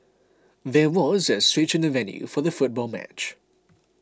there was a switch in the venue for the football match